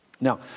Now